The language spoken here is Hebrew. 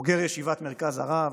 בוגר ישיבת מרכז הרב.